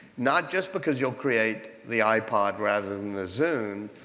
not just because you'll create the ipod rather than the zune,